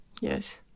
Yes